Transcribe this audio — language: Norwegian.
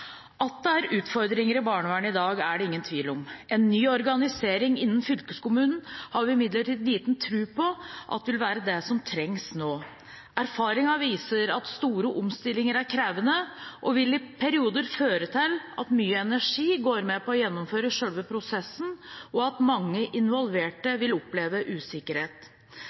At det er utfordringer i barnevernet i dag, er det ingen tvil om. En ny organisering innen fylkeskommunen har vi imidlertid liten tro på at vil være det som trengs nå. Erfaringen viser at store omstillinger er krevende, at det i perioder vil føre til at mye energi går med på å gjennomføre selve prosessen, og at mange involverte vil oppleve usikkerhet.